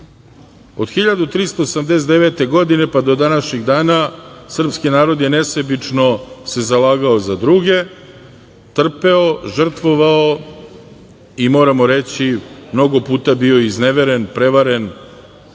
Od 1389. godine do današnjih dana srpski narod se nesebično zalagao za druge, trpeo, žrtvovao i, moramo reći, mnogo puta bio izneveren, prevaren,